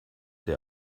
der